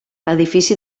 edifici